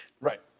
Right